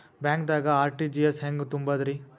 ಬ್ಯಾಂಕ್ದಾಗ ಆರ್.ಟಿ.ಜಿ.ಎಸ್ ಹೆಂಗ್ ತುಂಬಧ್ರಿ?